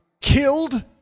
killed